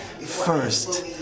first